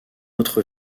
autre